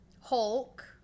Hulk